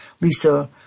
Lisa